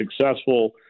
successful